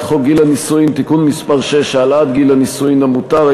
חוק גיל הנישואין (תיקון מס' 6) (העלאת גיל הנישואין המותר),